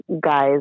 guys